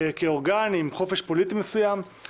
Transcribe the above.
כאורגן עם חופש פוליטי מסוים,